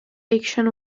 action